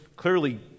clearly